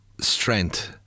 strength